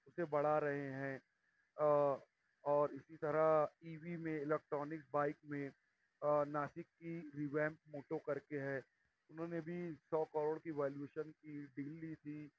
اسے بڑھا رہے ہیں اور اسی طرح ای وی میں الیکٹرانکس بائیک میں ناسک کی ریویمپ موٹو کر کے ہے انہوں نے بھی سو کروڑ کی ویلیوشن کی ڈیل لی تھی